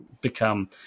become